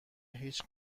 هیچ